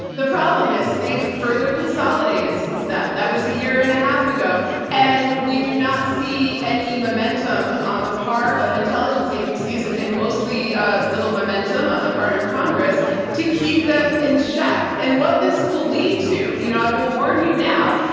the problem is they've further consolidated since then, that was a year and a half ago and we do not see any momentum on the part of intelligence agencies and, and mostly a little momentum on the part of congress to keep them in check. and what this will lead to. you know, i will warn you now,